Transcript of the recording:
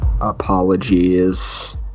Apologies